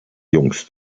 jungs